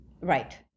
Right